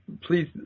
please